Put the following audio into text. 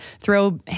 throw